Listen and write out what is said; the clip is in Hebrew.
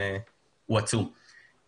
היא עצומה.